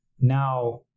Now